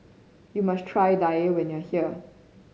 you must try Daal when you are here